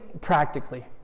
practically